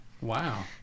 wow